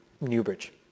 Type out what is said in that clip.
Newbridge